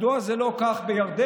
מדוע זה לא כך בירדן?